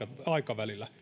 aikavälillä